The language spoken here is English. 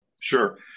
Sure